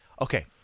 Okay